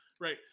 right